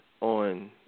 on